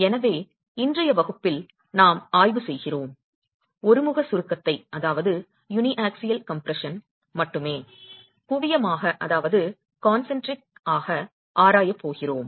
எனவே இன்றைய வகுப்பில் நாம் ஆய்வு செய்கிறோம் ஒருமுக சுருக்கத்தை மட்டுமே குவியமாக ஆராயப் போகிறோம்